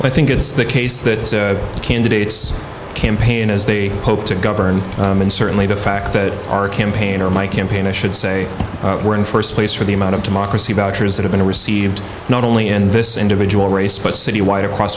i think it's the case that the candidates campaign as they hope to govern and certainly the fact that our campaign or my campaign i should say we're in st place for the amount of democracy voters that have been received not only in this individual race but citywide across